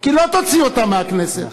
כי לא תוציא אותם מהכנסת.